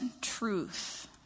truth